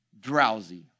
drowsy